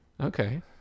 Okay